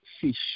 fish